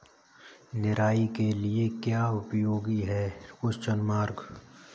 निराई के लिए क्या उपयोगी है?